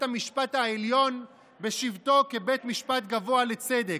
המשפט העליון בשבתו כבית משפט גבוה לצדק,